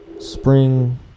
spring